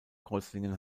kreuzlingen